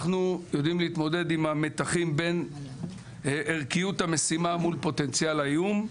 אנחנו יודעים להתמודד עם המתחים בין ערכיות המשימה מול פוטנציאל האיום.